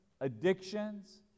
addictions